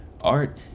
Art